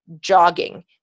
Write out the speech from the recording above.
jogging